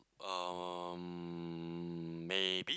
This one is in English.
uh maybe